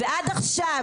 ועד עכשיו,